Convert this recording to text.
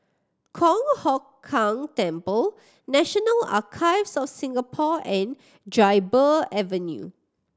Kong Hock Keng Temple National Archives of Singapore and Dryburgh Avenue